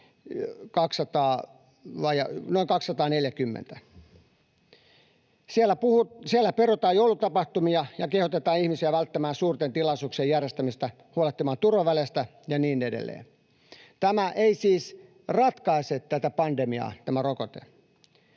noin 240. Siellä perutaan joulutapahtumia ja kehotetaan ihmisiä välttämään suurten tilaisuuksien järjestämistä, huolehtimaan turvaväleistä ja niin edelleen. Rokote ei siis ratkaise tätä pandemiaa.